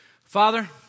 Father